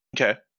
Okay